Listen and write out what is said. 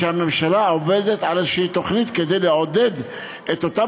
שהממשלה עובדת על איזו תוכנית כדי לעודד את אותם